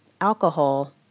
alcohol